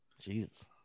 Jesus